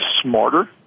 smarter